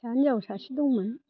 फिसा हिनजाव सासे दंमोन